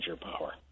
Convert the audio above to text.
power